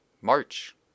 march